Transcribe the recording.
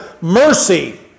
mercy